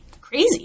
crazy